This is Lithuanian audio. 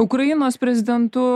ukrainos prezidentu